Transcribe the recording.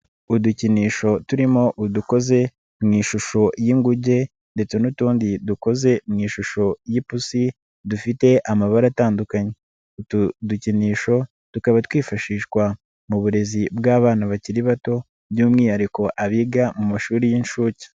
Udukinisho turimo udukoze mu ishusho y'inguge ndetse n'utundi dukoze mu ishusho y'ipusi dufite amabara atandukanye, utu dukinisho tukaba twifashishwa mu burezi bw'abana bakiri bato by'umwihariko abiga mu mashuri y'inshuke.